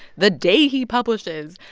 the day he publishes,